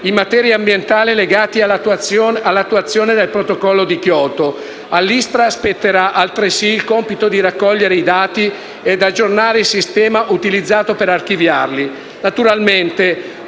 in materia ambientale legati all'attuazione del Protocollo di Kyoto. All'ISPRA spetterà altresì il compito di raccogliere i dati ed aggiornare il sistema utilizzato per archiviarli. Naturalmente,